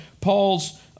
Paul's